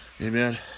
amen